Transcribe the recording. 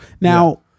Now